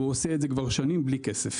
והוא עושה את זה כבר שנים בלי כסף.